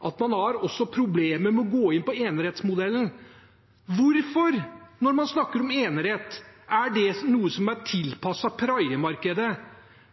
at man har problemer med å gå inn på enerettsmodellen. Hvorfor, når man snakker om enerett, er det noe som er tilpasset praiemarkedet?